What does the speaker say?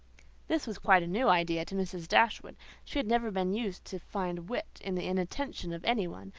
this was quite a new idea to mrs. dashwood she had never been used to find wit in the inattention of any one,